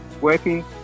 working